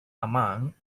among